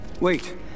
Wait